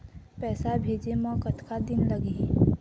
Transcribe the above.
पैसा भेजे मे कतका दिन लगही?